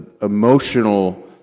emotional